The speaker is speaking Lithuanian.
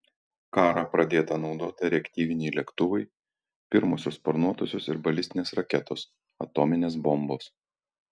karą pradėta naudota reaktyviniai lėktuvai pirmosios sparnuotosios ir balistinės raketos atominės bombos